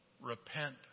repent